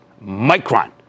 Micron